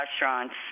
restaurants